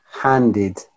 handed